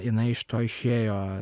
jinai iš to išėjo